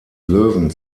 löwen